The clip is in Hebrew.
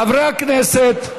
חברי הכנסת.